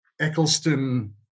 Eccleston